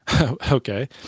okay